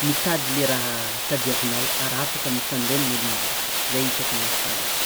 mitady le raha tadiavinao ary afaka mifandray amin'olo maro koa, zay hitako mahatsara azy.